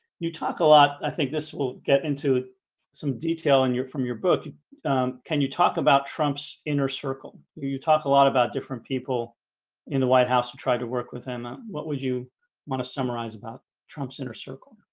you talk a lot. i think this will get into some detail and your from your book can you talk about trump's inner circle you you talk a lot about different people in the white house who tried to work with him? what would you want to summarize about trump's inner circle?